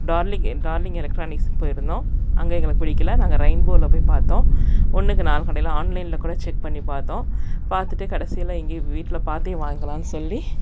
darling darling electronics போயிருந்தோம் அங்கே எங்களுக்கு பிடிக்கல நாங்கள் ரெயின்போவில் போய் பார்த்தோம் ஒன்றுக்கு நாலு கடையில் ஆன்லைனில் கூட செக் பண்ணி பார்த்தோம் பார்த்துட்டு கடைசியில் எங்கேயும் வீட்டில் பார்த்தே வாங்கலாம்னு சொல்லி